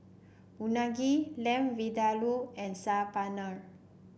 Unagi Lamb Vindaloo and Saag Paneer